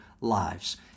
lives